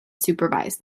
supervise